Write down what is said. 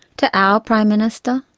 to our prime minister.